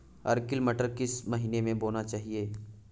Arkel मटर किस महीना में बोना चाहिए?